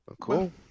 cool